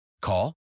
Call